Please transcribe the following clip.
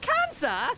Cancer